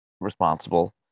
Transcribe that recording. responsible